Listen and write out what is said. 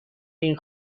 این